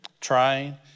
trying